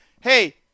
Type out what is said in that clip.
hey